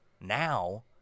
Now